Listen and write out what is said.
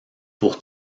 pour